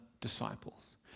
disciples